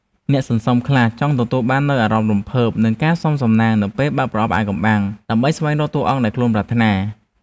អ្នកសន្សំខ្លះចង់ទទួលបាននូវអារម្មណ៍រំភើប និងការផ្សងសំណាងនៅពេលបើកប្រអប់អាថ៌កំបាំង ដើម្បីស្វែងរកតួអង្គដែលខ្លួនប្រាថ្នា។